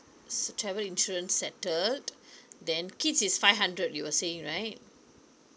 se~ travel insurance settled then kids is five hundred U_S_A right